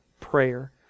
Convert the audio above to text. prayer